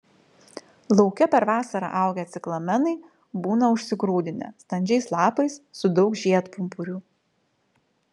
lauke per vasarą augę ciklamenai būna užsigrūdinę standžiais lapais su daug žiedpumpurių